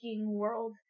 world